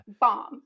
bomb